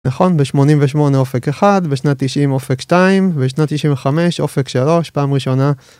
נכון, ב-88 אופק 1, בשנת 90 אופק 2, בשנת 95 אופק 3, פעם ראשונה